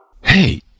Hey